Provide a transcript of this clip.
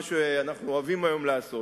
מה שאנחנו אוהבים היום לעשות,